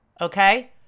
Okay